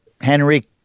Henry